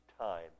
time